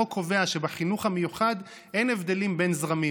החוק קובע שבחינוך המיוחד אין הבדלים בין זרמים.